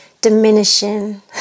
diminishing